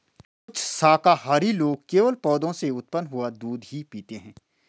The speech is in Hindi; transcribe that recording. कुछ शाकाहारी लोग केवल पौधों से उत्पन्न हुआ दूध ही पीते हैं